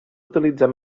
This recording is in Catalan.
utilitzar